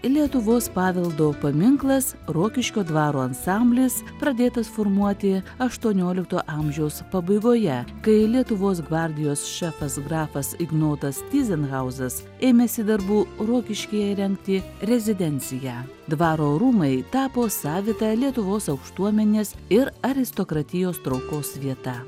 lietuvos paveldo paminklas rokiškio dvaro ansamblis pradėtas formuoti aštuoniolikto amžiaus pabaigoje kai lietuvos gvardijos šefas grafas ignotas tyzenhauzas ėmėsi darbų rokiškyje įrengti rezidenciją dvaro rūmai tapo savita lietuvos aukštuomenės ir aristokratijos traukos vieta